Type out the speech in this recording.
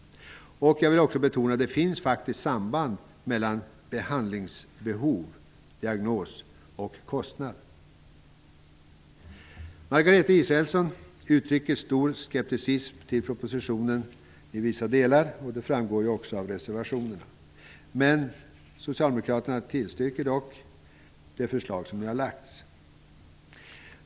Jag vill också betona att det faktiskt finns samband mellan behandlingsbehov, diagnos och kostnad. Margareta Israelsson uttrycker stor skepticism mot vissa delar av propositionen, och en sådan framkommer också i reservationerna. Socialdemokraterna tillstyrker dock det förslag som har lagts fram.